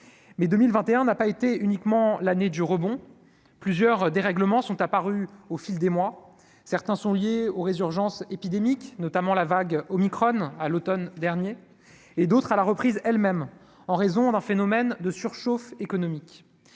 mai 2021 n'a pas été uniquement l'année du rebond plusieurs dérèglements sont apparues au fil des mois, certains sont liés aux résurgences épidémiques notamment la vague Omicron à l'Automne dernier et d'autres à la reprise, elles-mêmes en raison d'un phénomène de surchauffe économique,